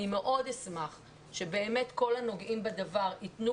אני מאוד אשמח שבאמת כל הנוגעים בדבר יתנו